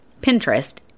Pinterest